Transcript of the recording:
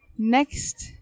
Next